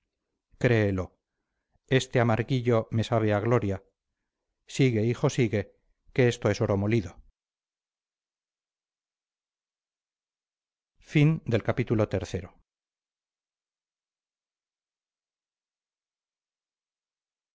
créelo este amarguillo me sabe a gloria sigue hijo sigue que esto es oro molido